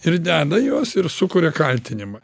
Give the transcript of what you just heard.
ir deda juos ir sukuria kaltinimą